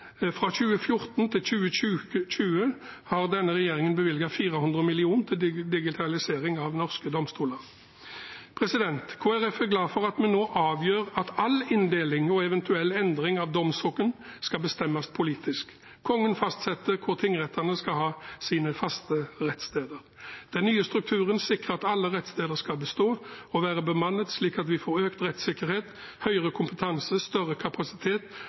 Fra 2014 til 2020 har denne regjeringen bevilget 400 mill. kr til digitalisering av norske domstoler. Kristelig Folkeparti er glad for at vi nå avgjør at all inndeling og eventuell endring av domssogn skal bestemmes politisk. Kongen fastsetter hvor tingrettene skal ha sine faste rettssteder. Den nye strukturen sikrer at alle rettssteder skal bestå og være bemannet slik at vi får økt rettssikkerhet, høyere kompetanse, større kapasitet